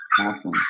Awesome